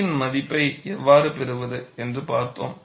rp இன் மதிப்பை எவ்வாறு பெறுவது என்று பார்த்தோம்